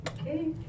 okay